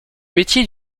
métier